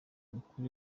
ukuri